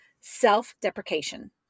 self-deprecation